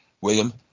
William